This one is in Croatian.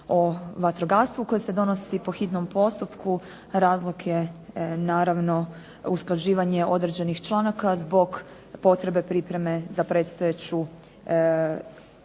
o vatrogastvu koji se donosi po hitnom postupku. Razlog je naravno usklađivanje određenih članaka zbog potrebe pripreme za predstojeću